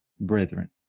brethren